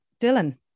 Dylan